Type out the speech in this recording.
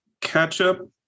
ketchup